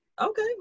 okay